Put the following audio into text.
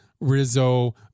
Rizzo